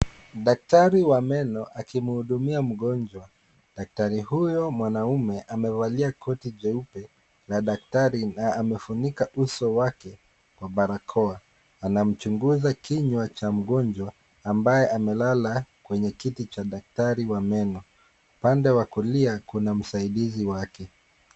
Daktari wa meno akimhudumia mgonjwa. Daktari huyo mwanaume amevalia koti jeupe na daktari na amefunika uso wake kwa barakoa. Anamchunguza kinywa cha mgonjwa ambaye amelala kwenye kiti cha daktari wa meno. Upande wa kulia kuna msaidizi wake.